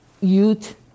youth